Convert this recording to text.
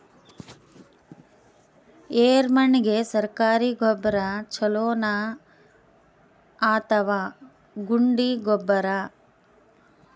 ಎರೆಮಣ್ ಗೆ ಸರ್ಕಾರಿ ಗೊಬ್ಬರ ಛೂಲೊ ನಾ ಅಥವಾ ಗುಂಡಿ ಗೊಬ್ಬರ?